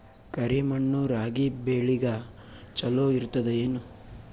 ಕರಿ ಮಣ್ಣು ರಾಗಿ ಬೇಳಿಗ ಚಲೋ ಇರ್ತದ ಏನು?